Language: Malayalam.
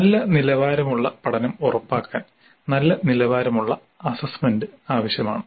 നല്ല നിലവാരമുള്ള പഠനം ഉറപ്പാക്കാൻ നല്ല നിലവാരമുള്ള അസ്സസ്സ്മെന്റ് ആവശ്യമാണ്